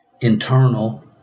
internal